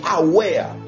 aware